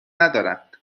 ندارند